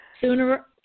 sooner